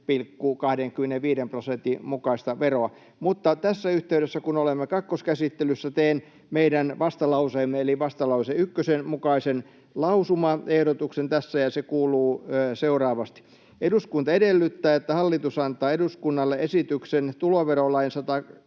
44,25 prosentin mukaista veroa. Tässä yhteydessä, kun olemme kakkoskäsittelyssä, teen meidän vastalauseemme eli vastalause 1:n mukaisen lausumaehdotuksen, ja se kuuluu seuraavasti: ”Eduskunta edellyttää, että hallitus antaa eduskunnalle esityksen tuloverolain